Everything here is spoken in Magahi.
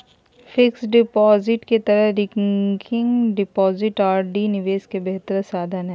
फिक्स्ड डिपॉजिट के तरह रिकरिंग डिपॉजिट आर.डी निवेश के बेहतर साधन हइ